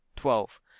twelve